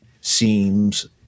seems